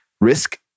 risk